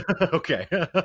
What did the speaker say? Okay